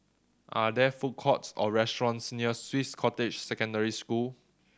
are there food courts or restaurants near Swiss Cottage Secondary School